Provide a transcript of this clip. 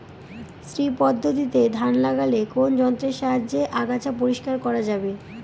শ্রী পদ্ধতিতে ধান লাগালে কোন যন্ত্রের সাহায্যে আগাছা পরিষ্কার করা যাবে?